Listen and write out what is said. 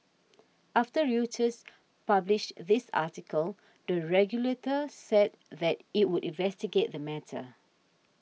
after Reuters published this article the regulator said that it would investigate the matter